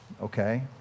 okay